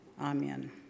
amen